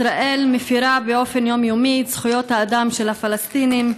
ישראל מפירה באופן יומיומי את זכויות האדם של הפלסטינים.